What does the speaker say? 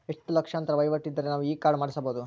ಎಷ್ಟು ಲಕ್ಷಾಂತರ ವಹಿವಾಟು ಇದ್ದರೆ ನಾವು ಈ ಕಾರ್ಡ್ ಮಾಡಿಸಬಹುದು?